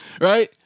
Right